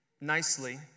nicely